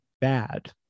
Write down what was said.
bad